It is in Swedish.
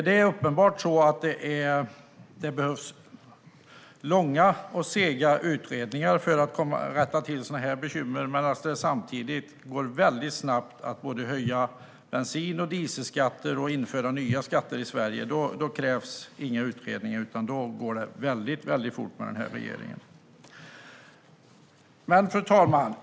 Det behövs uppenbarligen långa och sega utredningar för att rätta till sådana här bekymmer, samtidigt som det går väldigt snabbt att både höja bensin och dieselskatter och införa nya skatter i Sverige. Då krävs inga utredningar, utan det går väldigt fort för regeringen. Fru talman!